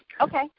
Okay